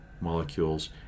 molecules